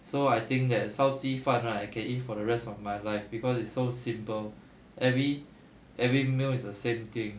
so I think that 烧鸡饭 right I can eat for the rest of my life cause it's so simple every every meal is the same thing